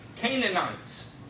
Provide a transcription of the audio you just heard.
Canaanites